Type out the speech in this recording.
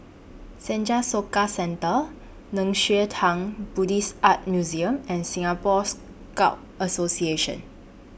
Senja Soka Centre Nei Xue Tang Buddhist Art Museum and Singapore Scout Association